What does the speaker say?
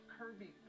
Kirby